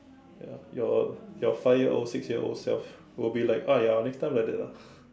ya your your five year old six year old self will be like !aiya! next time like that lah